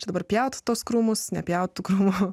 čia dabar pjauti tuos krūmus nepjautų krūmų